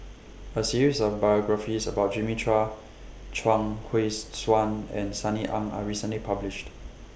A series of biographies about Jimmy Chua Chuang Hui's Tsuan and Sunny Ang Are recently published